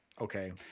okay